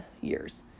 years